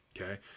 okay